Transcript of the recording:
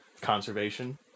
conservation